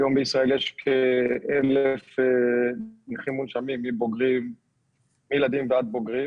היום בישראל יש כ-1,000 נכים מונשמים מילדים ועד בוגרים,